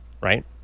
right